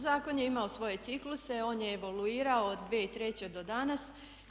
Zakon je imao svoje cikluse, on je evaluirao od 2003. do danas.